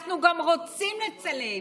ואנחנו גם רוצים לצלם,